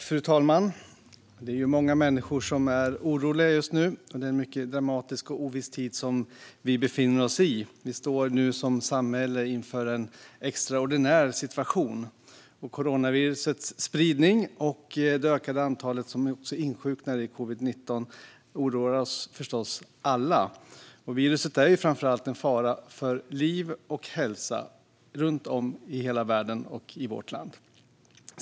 Fru talman! Det är många människor som är oroliga just nu. Det är en mycket dramatisk och oviss tid som vi befinner oss i. Vi står nu som samhälle inför en extraordinär situation. Coronavirusets spridning och det ökade antalet som insjuknar i covid-19 oroar förstås oss alla. Viruset är framför allt en fara för liv och hälsa runt om i hela världen och i vårt land.